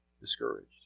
discouraged